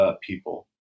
people